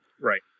Right